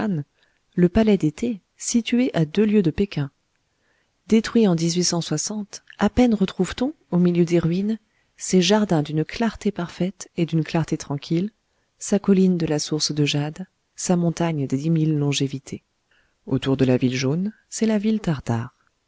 le palais d'été situé à deux lieues de péking détruit en à peine retrouve t on au milieu des ruines ses jardins d'une clarté parfaite et d'une clarté tranquille sa colline de la source de jade sa montagne des dix mille longévités autour de la ville jaune c'est la ville tartare